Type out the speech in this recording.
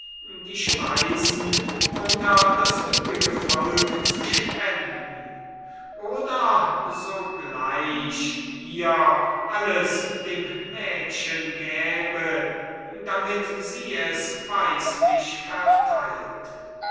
die speisen unter das übrige volk zu spenden oder sogleich hier alles dem mädchen gäbe damit sie es weislich verteilte